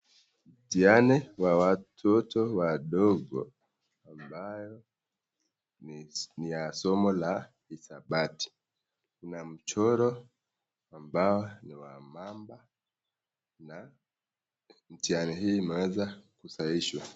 Mtihani wa watoto wadogo ambaye ni ya somo ya hesabati. Ina mchoro wa mamba na mtihani hii imeweza kusahishwa.